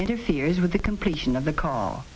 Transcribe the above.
interferes with the completion of the ca